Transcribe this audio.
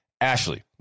Ashley